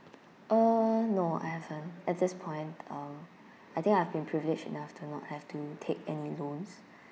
uh no I haven't at this point uh I think I've been privilege enough to not have to take any loans